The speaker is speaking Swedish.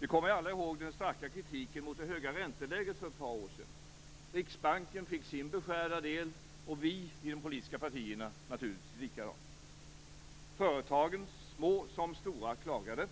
Vi kommer alla ihåg den starka kritiken mot det höga ränteläget för ett par år sedan. Riksbanken fick sin beskärda del, och vi i de politiska partierna fick naturligtvis detsamma. Företagen, små som stora, klagade.